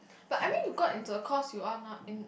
but I mean you got into a course you are not in